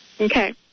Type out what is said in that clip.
Okay